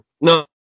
No